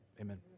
amen